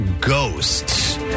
ghosts